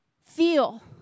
feel